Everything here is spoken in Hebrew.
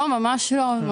לא, ממש לא.